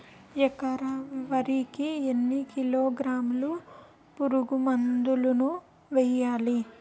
ఎకర వరి కి ఎన్ని కిలోగ్రాముల పురుగు మందులను వేయాలి?